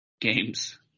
games